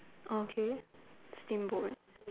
okay steamboat